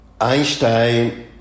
Einstein